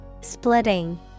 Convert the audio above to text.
Splitting